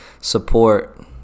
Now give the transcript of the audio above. support